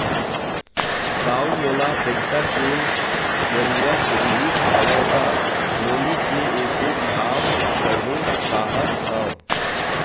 दाऊ मोला पइसा के जरुरत रिहिस हवय गा, नोनी के एसो बिहाव करहूँ काँहत हँव